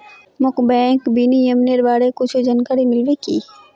मोक बैंक विनियमनेर बारे कुछु जानकारी मिल्बे की